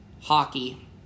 hockey